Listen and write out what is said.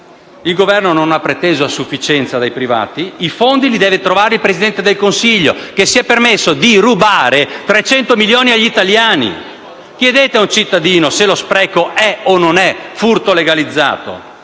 Il Governo non ha preteso a sufficienza dai privati, e i fondi li deve trovare il Presidente del Consiglio, che si è permesso di rubare 300 milioni agli italiani. Chiedete ad un cittadino se lo spreco è o no furto legalizzato.